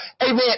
amen